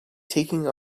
taking